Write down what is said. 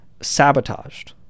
sabotaged